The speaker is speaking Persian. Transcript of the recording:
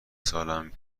سالم